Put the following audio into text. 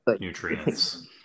nutrients